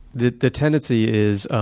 the the tendency is